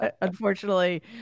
unfortunately